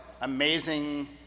amazing